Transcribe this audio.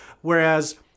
whereas